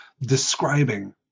describing